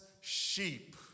sheep